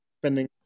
spending